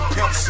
Pimp